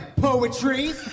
poetry